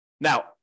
Now